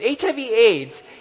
HIV-AIDS